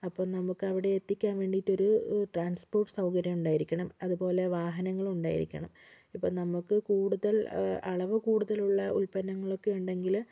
അപ്പോൾ നമുക്ക് അവിടെ എത്തിക്കാൻ വേണ്ടിയിട്ട് ഒരു ട്രാൻസ്പോർട്ട് സൗകര്യം ഉണ്ടായിരിക്കണം അതുപോലെ വാഹനങ്ങളും ഉണ്ടായിരിക്കണം ഇപ്പം നമുക്ക് കൂടുതൽ അളവ് കൂടുതലുള്ള ഉത്പന്നങ്ങളൊക്കെ ഉണ്ടെങ്കിൽ